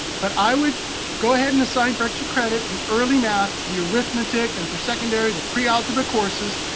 but i would go ahead and assign for extra credit the early math, the arithmetic, and for secondary, the pre-algebra courses.